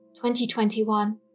2021